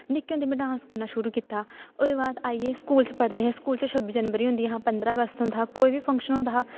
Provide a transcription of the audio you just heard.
निक्के होंदे में डांस करना शुरू कीता ओह्दे बाद आई गे स्कूल च पढ़दे हे स्कूल च छब्बी जनवरी होंदी हियां पंदरां अगस्त होंदा हा कोई बी फंक्शन होंदा हा